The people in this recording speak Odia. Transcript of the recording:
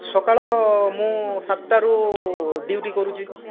ସକାଳ ମୁଁ ସାତ୍ଟାରୁ ଡ୍ୟୁଟି କରୁଛି